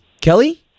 Kelly